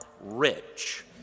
Rich